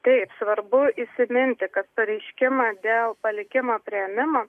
taip svarbu įsiminti kad pareiškimą dėl palikimo priėmimo